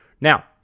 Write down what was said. Now